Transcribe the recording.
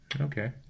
Okay